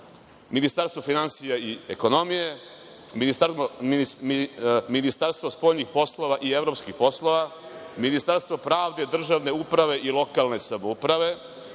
Ministarstvo finansija i ekonomije, Ministarstvo spoljnih poslova i evropskih poslova, Ministarstvo pravde, državne uprave i lokalne samouprave,